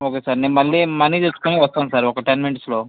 okay sir నేను మళ్ళీ money తెచ్చుకుని వస్తాను సార్ ఒక టెన్ మినిట్స్లో